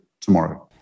tomorrow